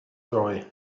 droi